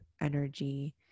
energy